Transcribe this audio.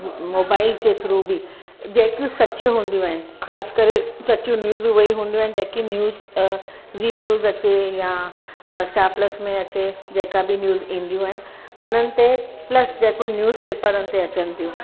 mobile जे through बि जेकियूं सचियूं हूंदियूं आहिनि ख़ासि करे सचियूं न्यूज़ियूं उहे ई हूंदियूं आहिनि जेके न्यूज़ ज़ी न्यूज़ अचे या स्टार प्लस में अचे जेका बि न्यूज़ ईंदियूं आहिनि उन्हनि ते प्लस जेको न्यूज़ पेपरनि ते अचनि थियूं